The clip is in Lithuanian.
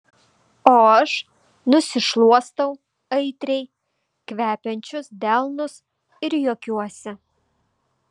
o aš nusišluostau aitriai kvepiančius delnus ir juokiuosi